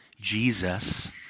Jesus